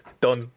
done